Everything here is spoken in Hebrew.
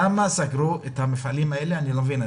למה סגרו את המפעלים האלה אני לא מבין.